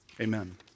Amen